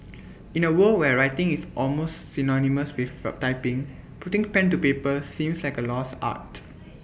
in A world where writing is almost synonymous with typing putting pen to paper seems like A lost art